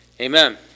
amen